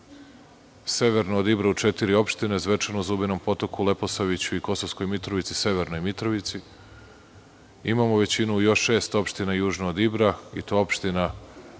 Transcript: severno od Ibra u četiri opštine – Zvečanu, Zubinom Potoku, Leposaviću i Kosovskoj Mitrovici, Severnoj Mitrovici. Imamo većinu još u šest opština južno od Ibra i to opština